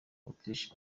autriche